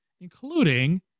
including